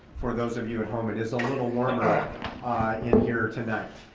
for those of you at home, it is a little warmer in here tonight.